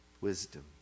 wisdom